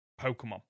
Pokemon